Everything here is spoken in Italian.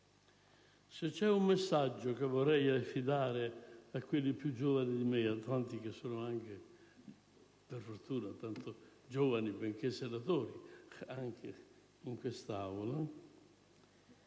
Se c'è un messaggio che vorrei affidare a chi è più giovane di me, a quanti sono, per fortuna, tanto giovani, benché senatori in quest'Aula,